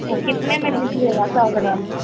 ओ कितने में दीजिएगा सौ ग्राम बीज